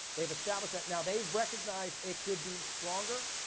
they've established that. now, they recognize it could be stronger,